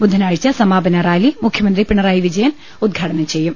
ബുധ നാഴ്ച സമാപന റാലി മുഖ്യമന്ത്രി പിണറായി വിജയൻ ഉദ്ഘാടനം ചെയ്യും